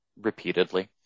repeatedly